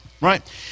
right